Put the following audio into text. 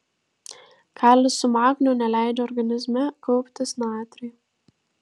kalis su magniu neleidžia organizme kauptis natriui